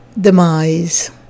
demise